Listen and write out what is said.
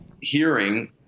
hearing